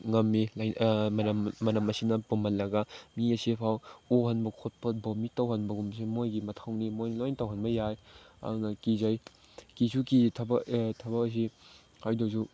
ꯉꯝꯃꯤ ꯃꯅꯝ ꯑꯁꯤꯅ ꯄꯨꯝꯍꯜꯂꯒ ꯃꯤ ꯑꯁꯤ ꯐꯥꯎ ꯑꯣꯍꯟꯕ ꯈꯣꯠꯄ ꯚꯣꯃꯤꯠ ꯇꯧꯍꯟꯕꯒꯨꯝꯕꯁꯦ ꯃꯣꯏꯒꯤ ꯃꯊꯧꯅꯤ ꯃꯣꯏ ꯂꯣꯏ ꯇꯧꯍꯟꯕ ꯌꯥꯏ ꯑꯗꯨꯅ ꯀꯤꯖꯩ ꯀꯤꯁꯨ ꯀꯤ ꯊꯕꯛ ꯊꯕꯛ ꯑꯁꯤ ꯑꯗꯨꯁꯨ